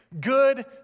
good